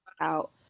out